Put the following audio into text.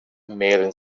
mehren